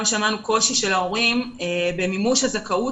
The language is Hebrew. גם שמענו קושי של ההורים במימוש הזכאות